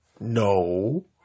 No